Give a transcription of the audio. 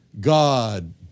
God